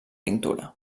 pintura